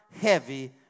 heavy